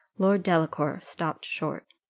lord delacour stopped short.